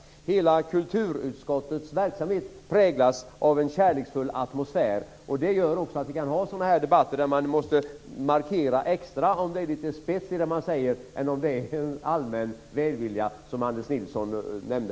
Hela kulturutskottets verksamhet präglas av en kärleksfull atmosfär, vilket gör att vi kan ha sådana här debatter där vi måste markera extra om det är spets i det vi säger, inte bara en allmän välvilja, som Anders Nilsson nämnde.